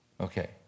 Okay